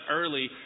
early